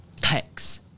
tax